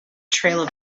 trail